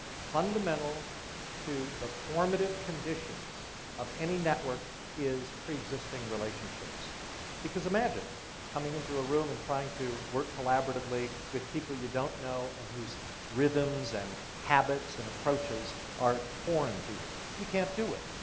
fundamental to the formative conditions of any network is pre-existing relationship because imagine coming into a room and trying to work collaboratively with people you don't know and whose rhythms and habits and approaches are foreign to you. you can't do it.